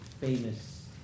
famous